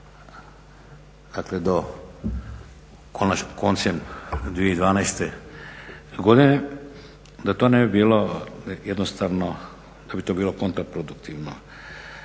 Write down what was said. dakle do koncem 2012. godine, da to ne bi bilo jednostavno, da bi to bilo kontraproduktivno.